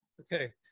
Okay